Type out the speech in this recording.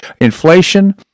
Inflation